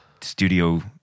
studio